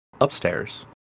Upstairs